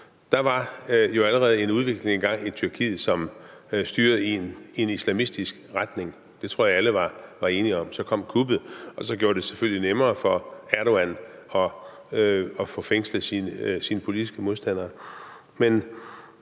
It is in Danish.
se, at der allerede var en udvikling i gang i Tyrkiet, som styrede i en islamistisk retning; det tror jeg alle er enige om. Og så kom kuppet, som selvfølgelig gjorde det nemmere for Erdogan at få fængslet sine politiske modstandere.